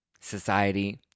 society